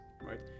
right